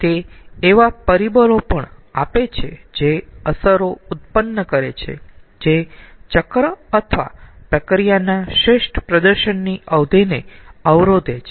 તે એવા પરિબળો પણ આપે છે જે અસરો ઉત્પન્ન કરે છે જે ચક્ર અથવા પ્રક્રિયાના શ્રેષ્ઠ પ્રદર્શનની અવધિને અવરોધે છે